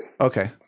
Okay